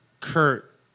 Kurt